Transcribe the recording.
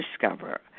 discover